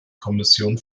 kommission